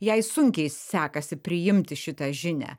jai sunkiai sekasi priimti šitą žinią